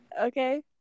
okay